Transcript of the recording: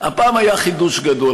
הפעם היה חידוש גדול.